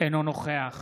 אינו נוכח